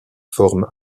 forme